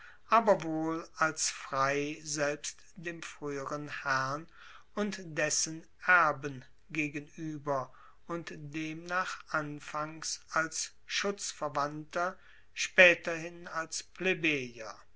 aber wohl als frei selbst dem frueheren herrn und dessen erben gegenueber und demnach anfangs als schutzverwandter spaeterhin als